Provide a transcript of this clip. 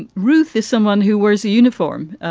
ruth, is someone who wears a uniform.